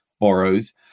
borrows